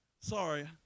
Sorry